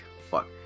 Fuck